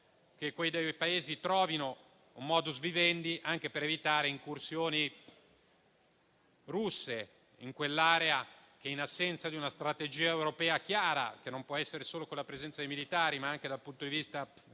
che quei due Paesi trovino un *modus vivendi* anche per evitare incursioni russe in quell'area che, in assenza di una strategia europea chiara, che non può prevedere solo la presenza dei militari ma anche iniziative dal punto di vista